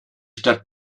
stadt